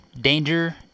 danger